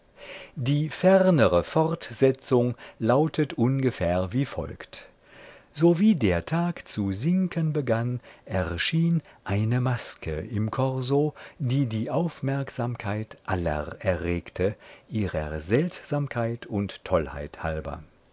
die fernere fortsetzung lautet ungefähr wie folgt sowie der tag zu sinken begann erschien eine maske im korso die die aufmerksamkeit aller erregte ihrer seltsamkeit und tollheit halber